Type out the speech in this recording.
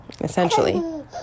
essentially